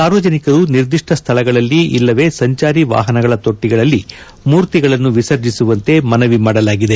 ಸಾರ್ವಜನಿಕರು ನಿರ್ದಿಷ್ಷ ಸ್ಥಳದಲ್ಲಿ ಇಲ್ಲವೇ ಸಂಚಾರಿ ವಾಹನಗಳ ತೊಟ್ಲಗಳಲ್ಲಿ ಮೂರ್ತಿಗಳನ್ನು ವಿಸರ್ಜಿಸುವಂತೆ ಮನವಿ ಮಾಡಲಾಗಿದೆ